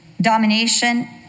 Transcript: domination